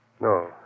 No